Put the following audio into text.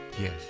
yes